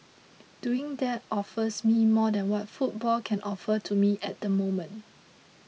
doing that offers me more than what football can offer to me at the moment